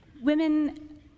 Women